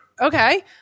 Okay